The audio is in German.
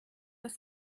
das